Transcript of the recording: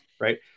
right